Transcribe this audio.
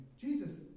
Jesus